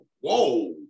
whoa